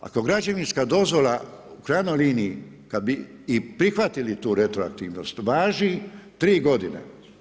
Ako građevinska dozvola u krajnjoj liniji kad bi i prihvatili tu retroaktivnost važi tri godine.